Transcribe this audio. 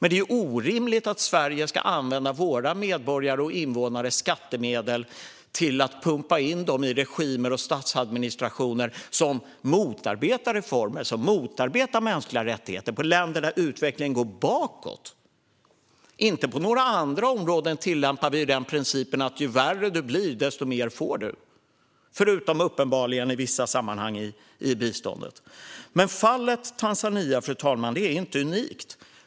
Det är dock orimligt att Sverige ska pumpa in sina medborgares och invånares skattemedel i regimer och statsadministrationer som motarbetar reformer och mänskliga rättigheter och i länder där utvecklingen går bakåt. Inte på några andra områden tillämpar vi principen att ju värre det blir, desto mer får du - förutom uppenbarligen i vissa sammanhang i biståndet. Fru talman! Fallet Tanzania är inte unikt.